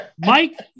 Mike